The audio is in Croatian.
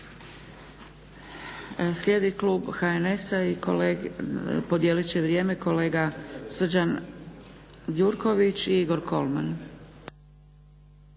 Slijedi klub HNS-a i podijelit će vrijeme kolega Srđan Gjurković i Igor Kolman.